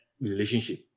relationship